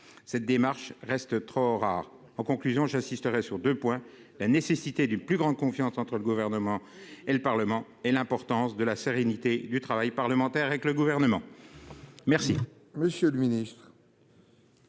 cette démarche reste trop rare en conclusion, j'insisterai sur 2 points : la nécessité d'une plus grande confiance entre le gouvernement et le Parlement et l'importance de la sérénité du travail parlementaire avec le gouvernement. Merci,